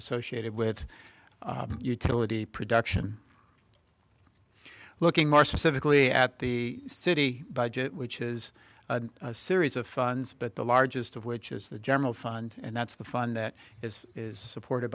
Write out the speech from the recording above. associated with utility production looking more specifically at the city budget which is a series of funds but the largest of which is the general fund and that's the fund that is supported